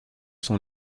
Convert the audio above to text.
sont